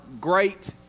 great